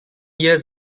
years